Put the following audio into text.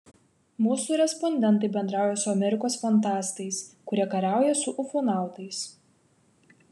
mūsų respondentai bendrauja su amerikos fantastais kurie kariauja su ufonautais